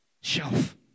Shelf